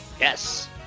Yes